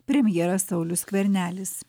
premjeras saulius skvernelis